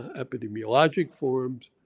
epidemiologic forms,